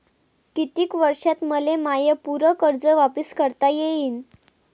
कितीक वर्षात मले माय पूर कर्ज वापिस करता येईन?